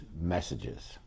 messages